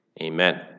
Amen